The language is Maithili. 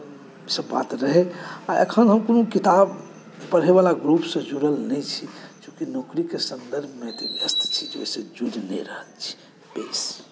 ईसभ बात रहै आ एखन हम कोनो किताब पढ़यवला ग्रुपसँ जुड़ल नहि छी चूँकि नौकरीके सन्दर्भमे एतेक व्यस्त छी जाहिसेँ जुड़ि नहि रहल छी बेसी